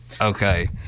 Okay